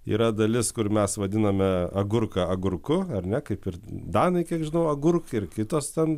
yra dalis kur mes vadiname agurką agurku ar ne kaip ir danai kiek žinau agurk ir kitos ten